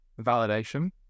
validation